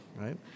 right